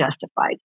justified